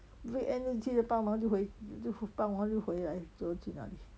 weekend 就记得帮忙就会就帮忙就会来做去哪里